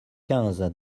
quinze